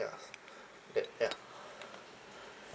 that ya